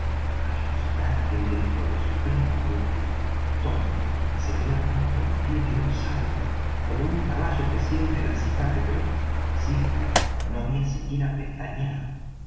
al resonar aquel grito de suprema angustia tom se había puesto en pie de un salto como un caballo que siente el acicate pero silver no había siquiera pestañeado